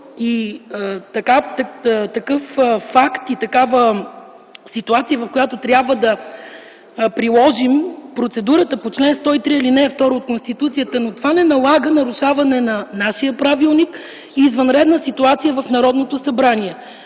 и такъв факт, и такава ситуация, в която трябва да приложим процедурата по чл. 103, ал. 2 от Конституцията, но това не налага нарушаване на нашия правилник и извънредна ситуация в Народното събрание.